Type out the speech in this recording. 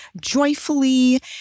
joyfully